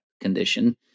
condition